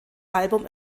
album